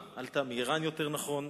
יותר נכון,